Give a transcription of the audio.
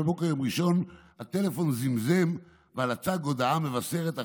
בבוקר יום ראשון הטלפון זמזם ועל הצג הודעה המבשרת על